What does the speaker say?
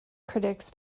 critics